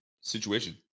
situation